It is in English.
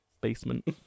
basement